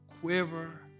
quiver